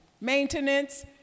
maintenance